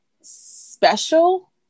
special